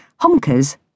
Honkers